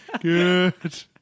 Good